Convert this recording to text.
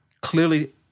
clearly